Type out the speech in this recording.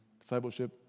discipleship